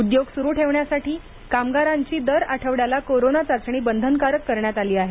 उद्योग सुरु ठेवण्यासाठी कामगारांची दर आठवड्याला कोरोना चाचणी बंधनकारक करण्यात आली आहे